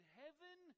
heaven